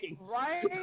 Right